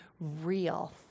real